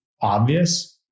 obvious